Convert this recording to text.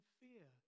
fear